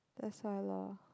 that's why lor